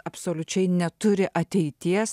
absoliučiai neturi ateities